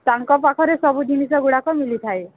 ତାଙ୍କ ପାଖରେ ସବୁ ଜିନିଷଗୁଡ଼ାକ ମିଲିଥାଏ